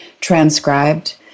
transcribed